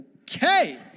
okay